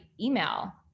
email